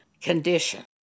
condition